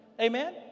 Amen